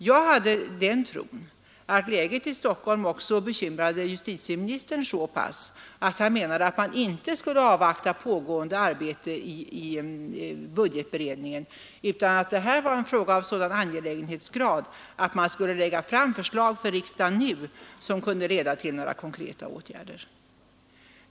Jag hade den tron att läget i Stockholm också bekymrade justitieministern så pass att han menade att man inte skulle avvakta pågående arbete i budgetberedningen, utan att det här var en fråga av sådan angelägenhetsgrad att man skulle lägga fram förslag för riksdagen nu som kunde leda till några konkreta åtgärder.